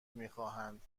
میخواهند